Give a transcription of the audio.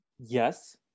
Yes